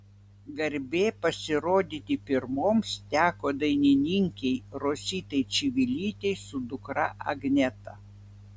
garbė pasirodyti pirmoms teko dainininkei rositai čivilytei su dukra agneta